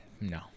No